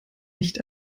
nicht